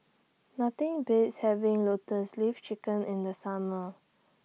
Nothing Beats having Lotus Leaf Chicken in The Summer